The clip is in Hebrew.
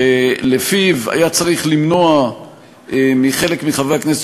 שלפיו היה צריך למנוע מחלק מחברי הכנסת